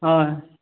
হয়